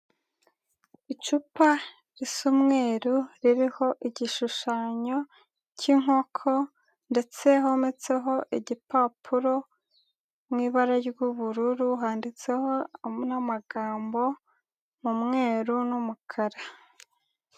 Icupa risa umweru ririho igishushanyo cy'inkoko ndetse hometseho igipapuro mu ibara ry'ubururu, handitseho harimo n'amagambo umweru n'umukara.